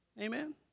Amen